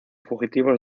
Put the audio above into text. fugitivos